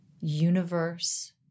universe